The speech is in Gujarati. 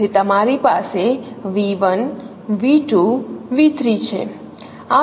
તેથી તમારી પાસે V1 V 2 V 3 છે આ પણ ઓર્થોગોનલ છે